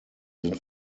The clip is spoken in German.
sind